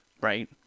Right